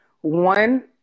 One